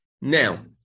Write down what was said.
Now